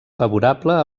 favorable